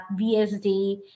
VSD